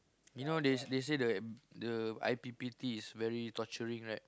you know they they say that the I_P_P_T is very torturing righL>